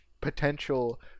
potential